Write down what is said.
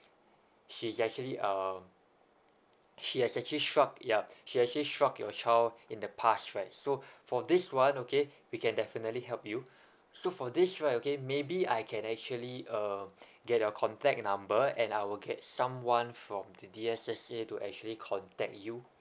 she's actually um she has actually struck yup she actually struck your child in the past right so for this one okay we can definitely help you so for this right okay maybe I can actually um get your contact number and I will get someone from the D_S_S_A to actually contact you